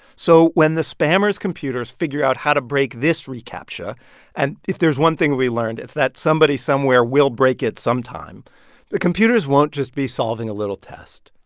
so when the spammers' computers figure out how to break this recaptcha and if there's one thing we learned it's that somebody somewhere will break it sometime the computers won't just be solving a little test.